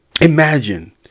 Imagine